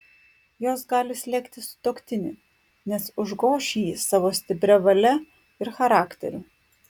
jos gali slėgti sutuoktinį nes užgoš jį savo stipria valia ir charakteriu